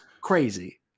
crazy